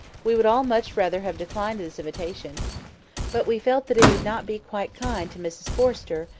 we would all much rather have declined this invitation but we felt that it would not be quite kind to mrs forrester,